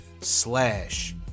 slash